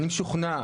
אני משוכנע,